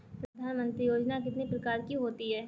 प्रधानमंत्री योजना कितने प्रकार की होती है?